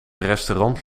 restaurant